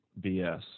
BS